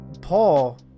Paul